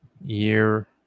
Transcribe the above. year